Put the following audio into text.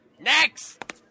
Next